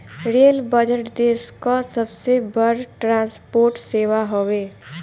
rail budget देस कअ सबसे बड़ ट्रांसपोर्ट सेवा हवे